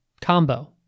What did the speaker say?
combo